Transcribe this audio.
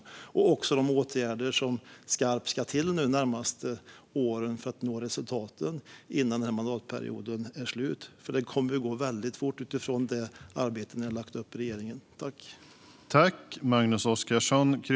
Det handlar också om de åtgärder som ska till under de närmaste åren för att man ska nå resultat innan mandatperioden är slut. Det kommer ju att gå väldigt fort utifrån det arbete som ni i regeringen har lagt upp.